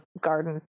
garden